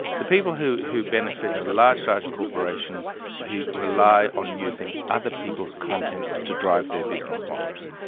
the people who who benefit are large, large corporations who rely on using other people's content to drive their business models.